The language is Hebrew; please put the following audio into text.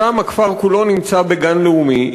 שם הכפר כולו נמצא בגן לאומי,